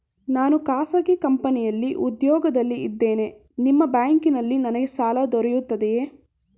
ನಾನು ಖಾಸಗಿ ಕಂಪನಿಯಲ್ಲಿ ಉದ್ಯೋಗದಲ್ಲಿ ಇದ್ದೇನೆ ನಿಮ್ಮ ಬ್ಯಾಂಕಿನಲ್ಲಿ ನನಗೆ ಸಾಲ ದೊರೆಯುತ್ತದೆಯೇ?